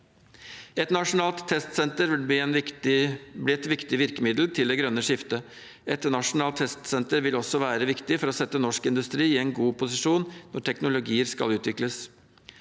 Et nasjonalt testsenter vil bli et viktig virkemiddel til det grønne skiftet. Et nasjonalt testsenter vil også være viktig for å sette norsk industri i en god posisjon når teknologier skal utvikles.